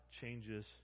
changes